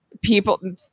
people